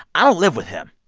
i don't live with him.